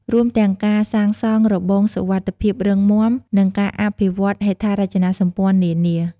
រួមទាំងការសាងសង់របងសុវត្ថិភាពរឹងមាំ និងការអភិវឌ្ឍហេដ្ឋារចនាសម្ព័ន្ធនានា។